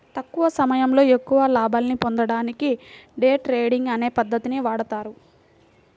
తక్కువ సమయంలో ఎక్కువ లాభాల్ని పొందడానికి డే ట్రేడింగ్ అనే పద్ధతిని వాడతారు